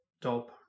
top